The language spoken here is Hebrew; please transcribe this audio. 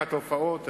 מהתופעות.